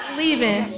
leaving